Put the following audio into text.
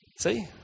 see